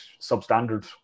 substandard